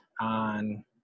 on